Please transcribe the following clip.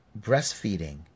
breastfeeding